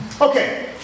Okay